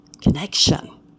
connection